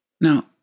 now